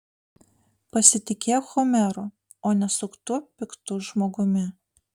pasitikėk homeru o ne suktu piktu žmogumi